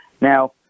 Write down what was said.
Now